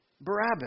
Barabbas